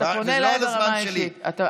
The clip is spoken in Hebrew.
לא בזמן שלי, אתה פונה אליי ברמה האישית.